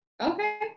okay